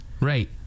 Right